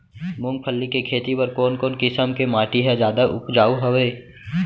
मूंगफली के खेती बर कोन कोन किसम के माटी ह जादा उपजाऊ हवये?